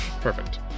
Perfect